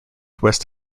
west